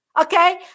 Okay